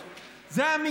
זה היופי של המציאות,